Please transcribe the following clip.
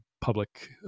public